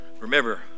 remember